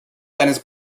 seines